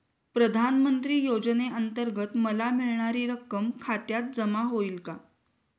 प्रधानमंत्री योजनेअंतर्गत मला मिळणारी रक्कम खात्यात जमा होईल का?